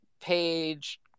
page